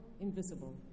invisible